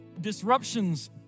disruptions